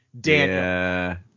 Daniel